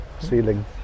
ceiling